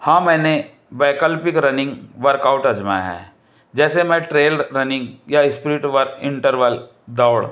हाँ मैंने वैकल्पिक रनिंग वर्कआउट आज़माया है जैसे मैं ट्रेल रनिंग या स्पीड वर्क इंटरवल दौड़